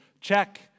Check